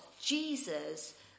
Jesus